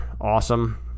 Awesome